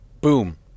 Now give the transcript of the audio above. boom